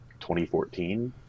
2014